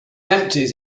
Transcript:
empties